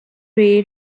ray